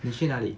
你去哪里